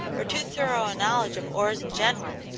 or too thorough a knowledge of ores in general,